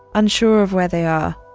unsure of where they are